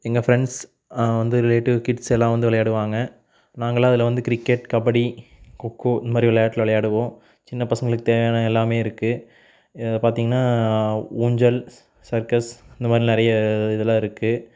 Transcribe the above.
எங்கள் பிரண்ட்ஸ் வந்து ரிலேட்டிவ் கிட்ஸ்செல்லாம் வந்து விளாடுவாங்க நாங்களாம் அதில் வந்து கிரிக்கெட் கபடி கொக்கோ இந்தமாதிரி விளைாட்டு விளையாடுவோம் சின்னப் பசங்களுக்குத் தேவையான எல்லாமே இருக்குது பார்த்தீங்கனா ஊஞ்சல் சர்க்கஸ் இந்தமாதிரி நிறைய இதலாம் இருக்குது